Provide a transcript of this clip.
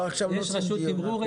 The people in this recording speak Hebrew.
יש אצלנו רשות תימרור,